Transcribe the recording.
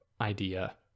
idea